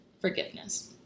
forgiveness